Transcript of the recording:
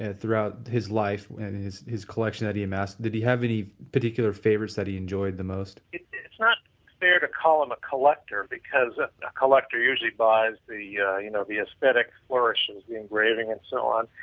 throughout his life and his his collection that he amassed. did he have any particular favorites that he enjoyed the most? it's not fair to call him a collector because ah a collector usually buys the yeah you know the esthetic versions, the engraving and so on.